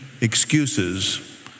excuses